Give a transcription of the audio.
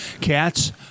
Cats